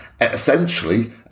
essentially